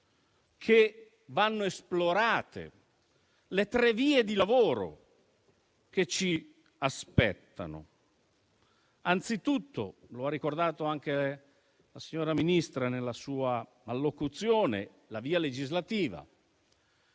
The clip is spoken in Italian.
che vanno esplorate le tre vie di lavoro che ci aspettano: anzitutto - come ha ricordato anche la signora Ministra nella sua allocuzione - la via legislativa,